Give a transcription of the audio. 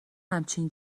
همچین